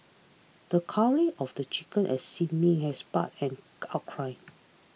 the culling of the chicken at Sin Ming had sparked an outcry